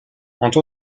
entre